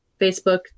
Facebook